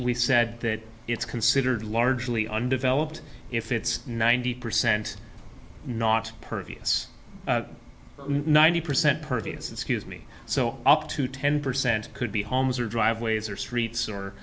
we said that it's considered largely undeveloped if it's ninety percent not pervious ninety percent pervious excuse me so up to ten percent could be homes or driveways or streets or